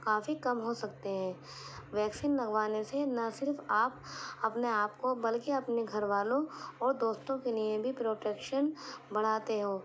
کافی کم ہوسکتے ہیں ویکسین لگوانے سے نہ صرف آپ اپنے آپ کو بلکہ اپنے گھر والوں اور دوستوں کے لیے بھی پروٹیکشن بڑھاتے ہو